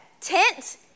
tent